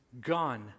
gone